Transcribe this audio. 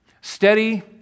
Steady